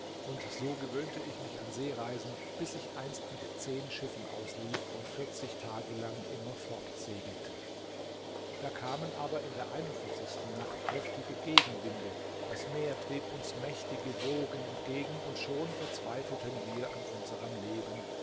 und so gewöhnte ich mich an seereisen bis ich einst mit zehn schiffen auslief und tage lang immer fort segelte da kamen aber in der nacht heftige gegenwinde das meer trieb uns mächtige wogen entgegen und schon verzweifelten wir an unserem leben